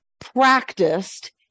practiced